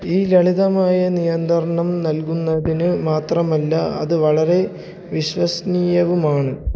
ഈ ലളിതമായ നിയന്ത്രണം നൽകുന്നതിന് മാത്രമല്ല അത് വളരെ വിശ്വസനീയവുമാണ്